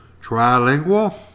Trilingual